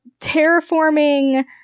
terraforming